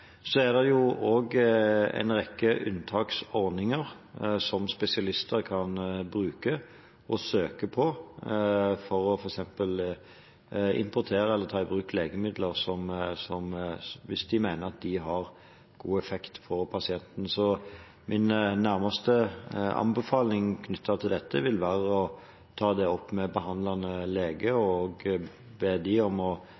Så er det også en rekke unntaksordninger som spesialister kan bruke og søke på for f.eks. å importere eller ta i bruk legemidler hvis de mener at de har god effekt på pasienten. Så min nærmeste anbefaling knyttet til dette vil være å ta det opp med behandlende lege og be dem om å